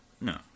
No